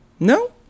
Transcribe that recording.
No